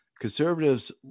Conservatives